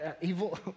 evil